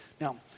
Now